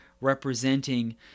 representing